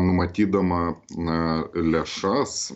numatydama na lėšas